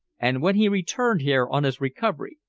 and when he returned here on his recovery,